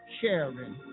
sharing